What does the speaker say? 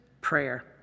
prayer